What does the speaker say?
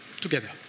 together